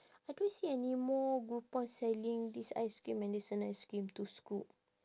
I don't see any more groupon selling this ice cream andersen ice cream two scoop